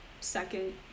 second